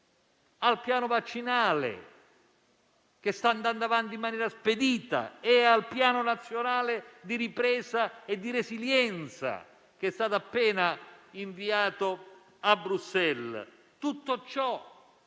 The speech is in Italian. al piano vaccinale, che sta andando avanti in maniera spedita, e al Piano nazionale di ripresa e resilienza, che è stato appena inviato a Bruxelles. Tutto ciò